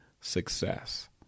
success